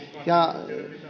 ja